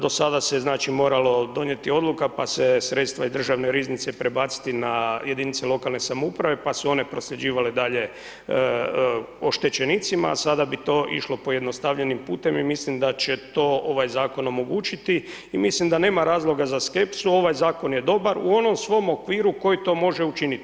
Do sada se, znači, moralo donijeti odluka, pa se sredstva iz državne riznice prebaciti na jedinice lokalne samouprave, pa su one prosljeđivale dalje oštećenicima, sada bi to išlo pojednostavljenim putem i mislim da će to ovaj Zakon omogućiti i mislim da nema razloga za skepsu, ovaj Zakon je dobar u onom svom okviru koji to može učiniti.